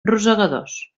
rosegadors